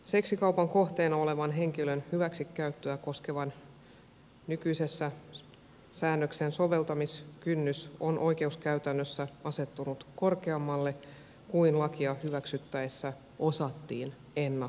seksikaupan kohteena olevan henkilön hyväksikäyttöä koskevan nykyisen säännöksen soveltamiskynnys on oikeuskäytännössä asettunut korkeammalle kuin lakia hyväksyttäessä osattiin ennakoida